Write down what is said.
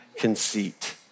conceit